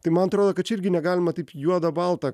tai man atrodo kad čia irgi negalima taip juoda balta